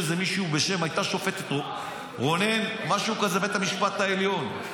הייתה שופטת רונן, משהו כזה, בבית המשפט העליון,